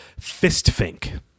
fistfink